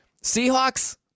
Seahawks